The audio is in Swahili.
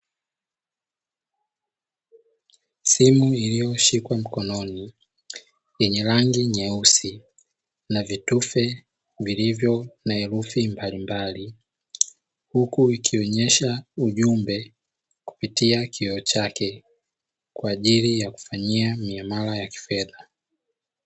Simu iliyoshikwa mkononi yenye rangi nyeusi na vitufe vilivyo na herufi mbalimbali, huku ikionyesha ujumbe kupitia kioo chake kwa ajili ya kufanyia miamala ya kifedha.